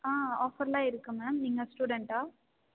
ஆ ஆஃபர்லாம் இருக்குது மேம் நீங்கள் ஸ்டுடெண்ட்டா